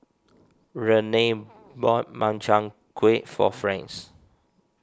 Renea bought Makchang Gui for Franz